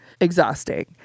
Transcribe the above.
exhausting